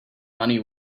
money